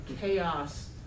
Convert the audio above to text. chaos